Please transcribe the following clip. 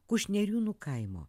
kušneriūnų kaimo